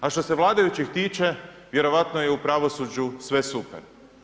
A što se vladajućih tiče, vjerojatno je i u pravosuđu sve super.